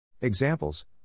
Examples